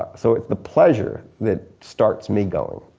so it's the pleasure that starts me going